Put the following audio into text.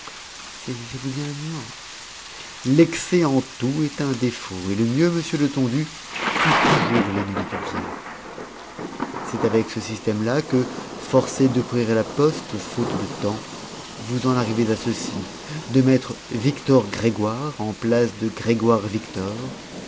saisissez-vous bien la nuance l'excès en tout est un défaut et le mieux monsieur letondu fut toujours l'ennemi du bien c'est avec ce système-là que forcé de courir la poste faute de temps vous en arrivez à ceci de mettre victor grégoire en place de